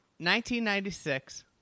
1996